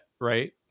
right